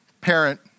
parent